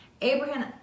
abraham